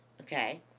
Okay